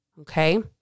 Okay